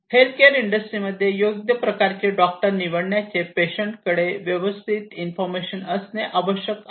healthcare इंडस्ट्रीमध्ये योग्य प्रकारचे डॉक्टर निवडण्यासाठी पेशंट कडे व्यवस्थित इन्फॉर्मेशन असणे आवश्यक आहे